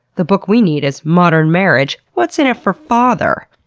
the book we need is modern marriage what's in it for father!